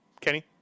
Kenny